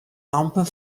lampen